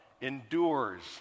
endures